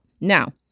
Now